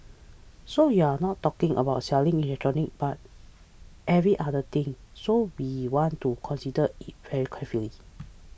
so you're not talking about selling electronics but every other thing so we want to consider it very carefully